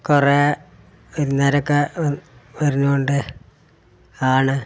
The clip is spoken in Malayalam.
കുറേ വിരുന്നുകാരൊക്കെ വരുന്നതുകൊണ്ടാണ്